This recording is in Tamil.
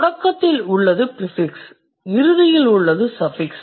தொடக்கத்தில் உள்ளது ப்ரிஃபிக்ஸ் இறுதியில் உள்ளது சஃபிக்ஸ்